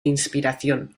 inspiración